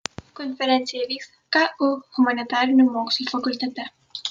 konferencija vyks ku humanitarinių mokslų fakultete